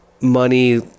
money